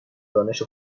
دانش